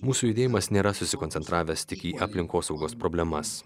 mūsų judėjimas nėra susikoncentravęs tik į aplinkosaugos problemas